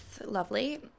lovely